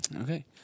Okay